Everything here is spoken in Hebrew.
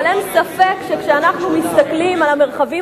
אבל אין ספק שכשאנחנו מסתכלים על המרחבים